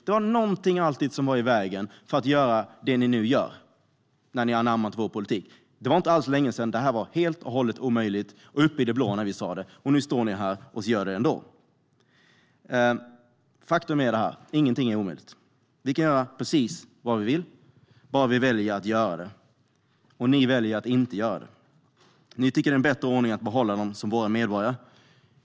Det var alltid någonting som var i vägen för att göra det ni nu gör när ni har anammat vår politik. Det var inte alls länge sedan det här var helt omöjligt och uppe i det blå när vi sa det. Och nu står ni här och gör det ändå. Faktum är att ingenting är omöjligt. Vi kan göra precis vad vi vill, bara vi väljer att göra det. Ni väljer att inte göra det. Ni tycker att det är en bättre ordning att behålla dem som våra medborgare.